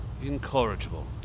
incorrigible